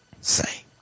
say